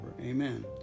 Amen